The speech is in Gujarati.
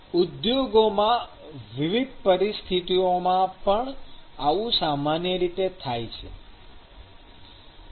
ઉદ્યોગોમાં વિવિધ પરિસ્થિતિઓમાં પણ આવું સામાન્ય રીતે થાય છે